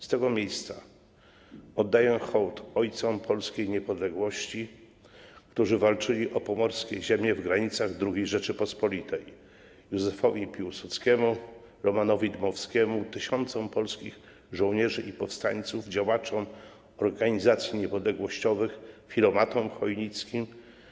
Z tego miejsca oddaję hołd ojcom polskiej niepodległości, którzy walczyli o pomorskie ziemie w granicach II Rzeczypospolitej: Józefowi Piłsudskiemu, Romanowi Dmowskiemu, tysiącom polskich żołnierzy i powstańców, działaczom organizacji niepodległościowych, filomatom chojnickim.